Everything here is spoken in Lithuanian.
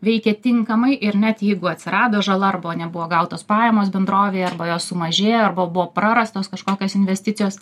veikė tinkamai ir net jeigu atsirado žala arba nebuvo gautos pajamos bendrovėje arba jos sumažėjo arba buvo prarastos kažkokios investicijos